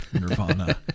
Nirvana